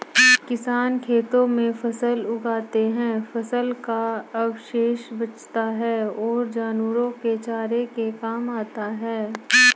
किसान खेतों में फसल उगाते है, फसल का अवशेष बचता है वह जानवरों के चारे के काम आता है